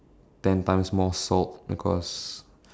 ten times more salt because